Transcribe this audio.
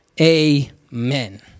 Amen